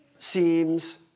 Seems